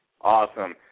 Awesome